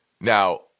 Now